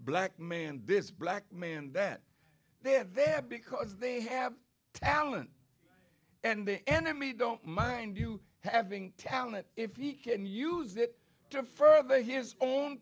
black man this black man that they are there because they have talent and the enemy don't mind you having talent if he can use it to further his own